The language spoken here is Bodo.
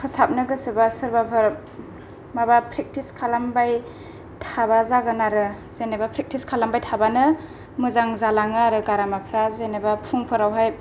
फोसाबनो गोसोबा सोरबाफोर माबा प्रेक्टिस खालामबाय थाबा जागोन आरो जेनेबा प्रेक्टिस खालामबाय थाबानो मोजां जालाङो आरो गारामाफ्रा जेनेबा फुंफोरावहाय